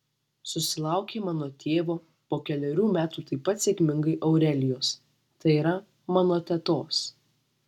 susilaukė mano tėvo po kelerių metų taip pat sėkmingai aurelijos tai yra mano tetos